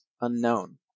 unknown